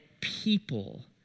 people